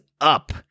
up